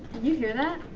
you hear that?